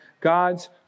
God's